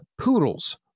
poodles